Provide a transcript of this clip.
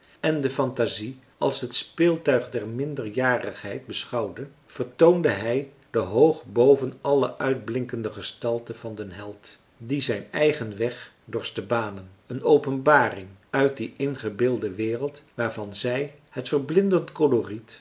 en de fantasie als het speeltuig der minderjarigheid beschouwde vertoonde hij de hoog boven allen uitblinkende gestalte van den held die zijn eigen weg dorst banen een openbaring uit die ingebeelde wereld waarvan zij het verblindend coloriet